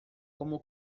como